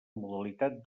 modalitat